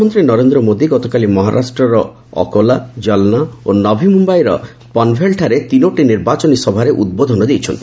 ପ୍ରଧାନମନ୍ତ୍ରୀ ନରେନ୍ଦ୍ର ମୋଦୀ ଗତକାଲି ମହାରାଷ୍ଟ୍ରର ଅକୋଲା ଜଲନା ଓ ନଭି ମୁମ୍ୟାଇର ପନ୍ଭେଲ୍ଠାରେ ତିନୋଟି ନିର୍ବାଚନୀ ସଭାରେ ଉଦ୍ବୋଧନ ଦେଇଛନ୍ତି